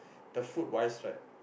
the food wise right